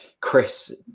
Chris